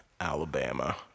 Alabama